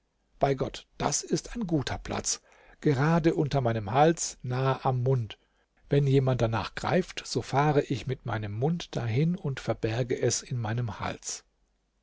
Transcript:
bei gott das ist ein guter platz gerade unter meinem hals nah am mund wenn jemand danach greift so fahre ich mit meinem mund dahin und verberge es in meinem hals